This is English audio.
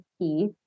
key